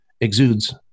exudes